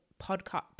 podcast